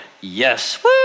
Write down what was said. Yes